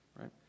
right